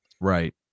Right